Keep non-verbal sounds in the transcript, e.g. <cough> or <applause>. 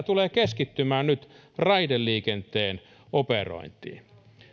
<unintelligible> tulee keskittymään nyt raideliikenteen operointiin